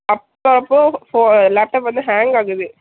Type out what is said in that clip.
அப்பப்போது ஃபோ லேப்டாப் வந்து ஹேங் ஆகுது